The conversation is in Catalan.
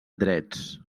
drets